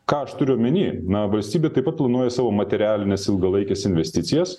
ką aš turiu omeny na valstybė taip pat planuoja savo materialines ilgalaikes investicijas